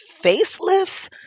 facelifts